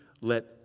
let